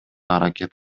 аракет